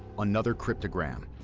another cryptogram.